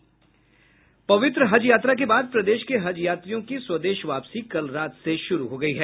पवित्र हजयात्रा के बाद प्रदेश के हजयात्रियों की स्वदेश वापसी कल रात से शुरु हो गई है